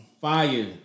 Fire